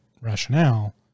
rationale